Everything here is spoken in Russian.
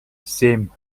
семь